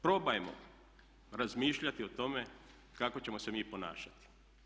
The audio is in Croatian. Probajmo razmišljati o tome kako ćemo se mi ponašati.